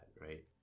right